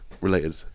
related